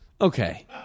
Okay